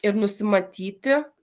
ir nusimatyti